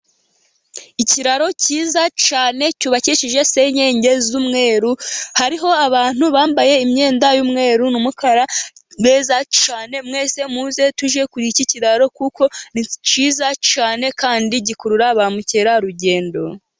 Ikiraro cyiza cyane cyubakishije senyenge z'umweru, hariho abantu bambaye imyenda y'umweru n'umukara beza cyane. Mwese muze tujye kuri iki kiraro kuko ni cyiza cyane, kandi gikurura ba mukerarugendo.